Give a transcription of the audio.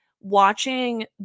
watching